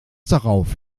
darauf